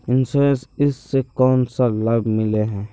Insurance इस से कोन सा लाभ मिले है?